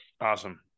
awesome